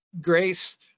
Grace